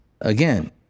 again